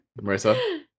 Marissa